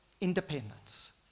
independence